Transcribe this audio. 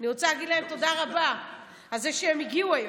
אני רוצה להגיד להם תודה רבה על זה שהם הגיעו היום,